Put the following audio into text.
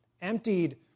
emptied